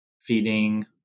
feeding